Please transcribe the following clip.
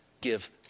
give